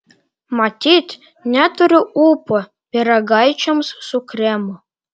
matyt neturiu ūpo pyragaičiams su kremu